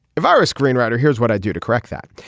if i were a screenwriter here's what i'd do to correct that.